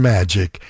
Magic